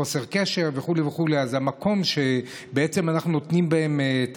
חוסר קשר וכו' וכו' אז המקום שבעצם אנחנו נותנים בהם את